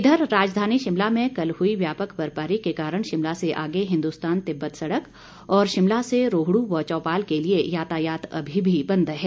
इधर राजधानी शिमला में कल हुई व्यापक बर्फबारी के कारण शिमला से आगे हिन्दुस्तान तिब्बत सड़क और शिमला से रोहड्र व चौपाल के लिए यातायात अभी भी बंद है